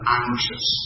anxious